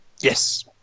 Yes